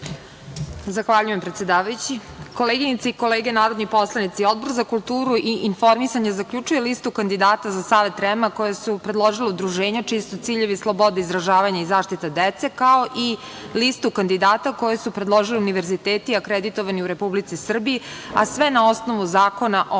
Zahvaljujem, predsedavajući. Koleginice i kolege narodni poslanici, Odbor za kulturu i informisanje zaključuje listu kandidata za Savet REM-a koji su predložila udruženja čiji su ciljevi slobode izražavanja i zaštite dece, kao i listu kandidata koji su predložili univerziteti akreditovani u Republici Srbiji, a sve na osnovu Zakona o